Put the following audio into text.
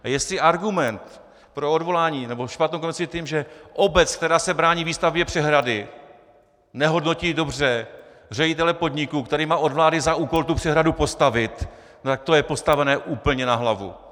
A jestli argument pro odvolání nebo špatnou komunikaci je ten, že obec, která se brání výstavbě přehrady, nehodnotí dobře ředitele podniku, který má od vlády za úkol tu přehradu postavit, tak to je postavené úplně na hlavu.